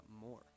more